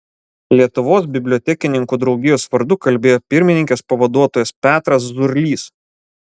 lietuvos bibliotekininkų draugijos vardu kalbėjo pirmininkės pavaduotojas petras zurlys